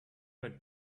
had